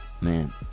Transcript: Man